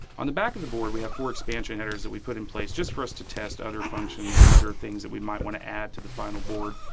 on the back of the board, we have four expansion headers that we put in pace just for us to test other functions and other things that we might want to add after the final board.